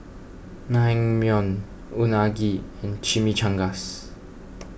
Naengmyeon Unagi and Chimichangas